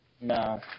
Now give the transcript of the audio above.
No